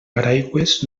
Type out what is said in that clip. paraigües